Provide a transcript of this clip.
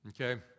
Okay